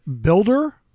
builder